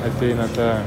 ateina ta